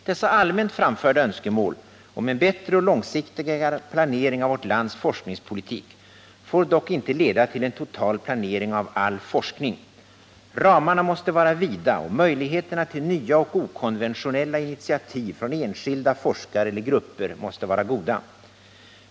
Dessa allmänt framförda önskemål om en bättre och långsiktigare planering av vårt lands forskningspolitik får dock inte leda till en total planering av all forskning. Ramarna måste vara vida och möjligheterna till nya och okonventionella initiativ från enskilda forskare eller grupper måste vara goda.